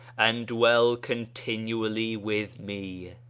and dwell continually with me.